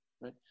right